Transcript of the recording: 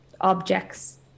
objects